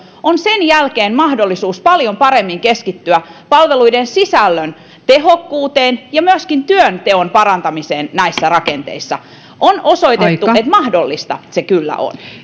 on sen jälkeen mahdollisuus paljon paremmin keskittyä palveluiden sisällön tehokkuuteen ja myöskin työnteon parantamiseen näissä rakenteissa on osoitettu että mahdollista se kyllä on